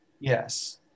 yes